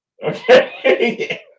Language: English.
Okay